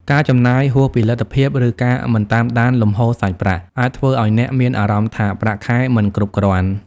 ការចំណាយហួសពីលទ្ធភាព ឬការមិនតាមដានលំហូរសាច់ប្រាក់ អាចធ្វើឲ្យអ្នកមានអារម្មណ៍ថាប្រាក់ខែមិនគ្រប់គ្រាន់។